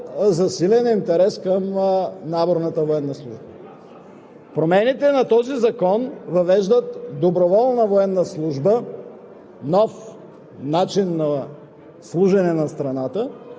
което прави на четиригодишна база 48% увеличение на заплатите, това води до засилен интерес към наборната военна служба.